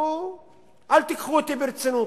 אל תיקחו אותי ברצינות,